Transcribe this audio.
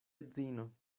edzino